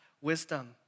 wisdom